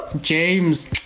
James